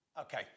Okay